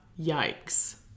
yikes